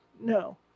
No